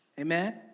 Amen